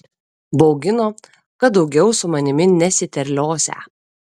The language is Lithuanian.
baugino kad daugiau su manimi nesiterliosią